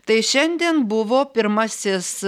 tai šiandien buvo pirmasis